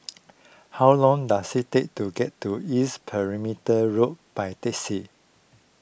how long does it take to get to East Perimeter Road by taxi